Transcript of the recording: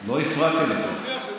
לא הפרעתי לך.